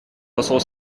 посол